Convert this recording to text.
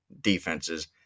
defenses